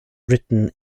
written